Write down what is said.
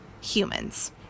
humans